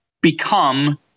become –